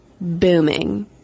booming